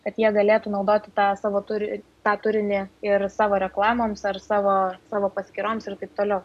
kad jie galėtų naudoti tą savo turi tą turinį ir savo reklamoms ar savo savo paskyroms ir taip toliau